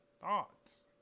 thoughts